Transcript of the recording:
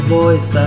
voice